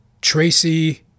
Tracy